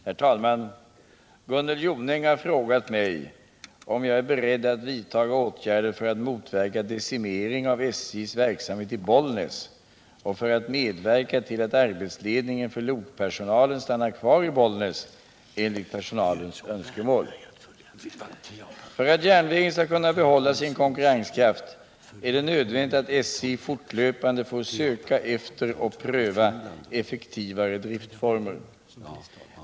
Herr talman! Gunnel Jonäng har frågat mig om jag är beredd att vidtaga åtgärder för att motverka decimering av SJ:s verksamhet i Bollnäs och för att medverka till att arbetsledningen för lokpersonalen stannar kvar i Bollnäs enligt personalens önskemål. För att järnvägen skall kunna behålla sin konkurrenskraft är det nödvändigt att SJ fortlöpande får söka efter och pröva effektivare driftformer.